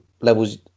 levels